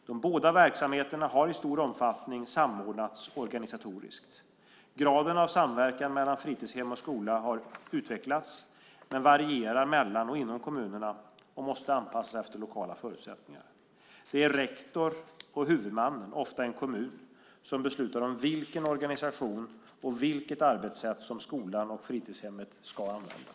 De båda verksamheterna har i stor omfattning samordnats organisatoriskt. Graden av samverkan mellan fritidshem och skola har utvecklats men varierar mellan och inom kommunerna och måste anpassas efter lokala förutsättningar. Det är rektor och huvudmannen, ofta en kommun, som beslutar om vilken organisation och vilket arbetssätt som skolan och fritidshemmet ska använda.